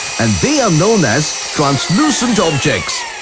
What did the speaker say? and they are known as translucent objects!